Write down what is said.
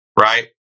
right